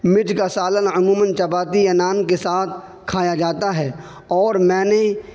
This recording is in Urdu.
مرچ کا سالن عموماً چپاتی یا نان کے ساتھ کھایا جاتا ہے اور میں نے